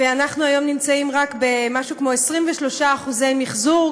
ואנחנו היום נמצאים רק במשהו כמו 23% מחזור,